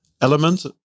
element